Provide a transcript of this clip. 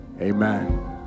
amen